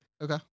Okay